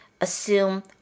assume